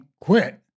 quit